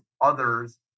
others